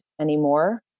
anymore